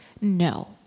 No